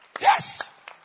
Yes